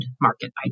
market